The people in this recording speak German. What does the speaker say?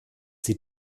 sie